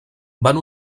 van